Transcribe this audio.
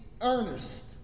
earnest